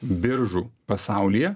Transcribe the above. biržų pasaulyje